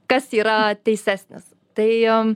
kas yra teisesnis tai